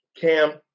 Cam